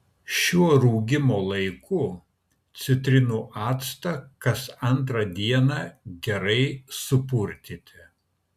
šiuo rūgimo laiku citrinų actą kas antrą dieną gerai supurtyti